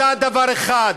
אבל היא יודעת דבר אחד: